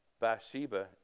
Bathsheba